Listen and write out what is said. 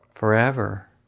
Forever